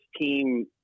team